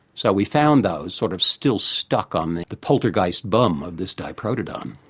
so we found those sort of still stuck on the the poltergeist bum of this diprotodon.